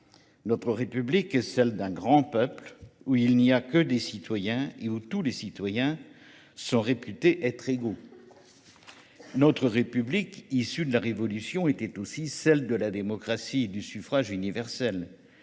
Notre République est celle d'un grand peuple où il n'y a que des citoyens et où tous les citoyens sont réputés être égaux. Notre République, issue de la révolution, était aussi celle de la démocratie et du suffrage universel.